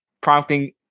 prompting